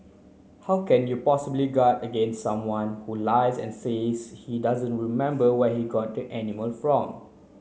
how can you possibly guard against someone who lies and says he doesn't remember where he got the animal from